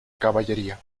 caballería